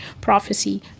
prophecy